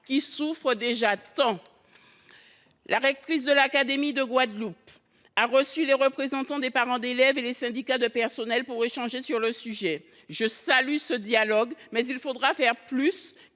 qui souffrent déjà tant. La rectrice de l’académie de Guadeloupe a reçu les représentants des parents d’élèves et les syndicats de personnels pour échanger sur le sujet. Je salue ce dialogue, mais il faudra faire plus